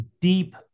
deep